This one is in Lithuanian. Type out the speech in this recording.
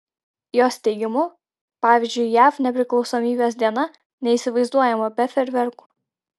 jos teigimu pavyzdžiui jav nepriklausomybės diena neįsivaizduojama be fejerverkų